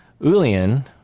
Ulian